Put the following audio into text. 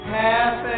half